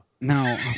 No